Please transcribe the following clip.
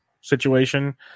situation